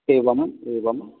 एवम् एवम्